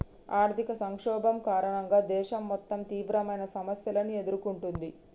ఆర్థిక సంక్షోభం కారణంగా దేశం మొత్తం తీవ్రమైన సమస్యలను ఎదుర్కొంటుంది